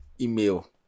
email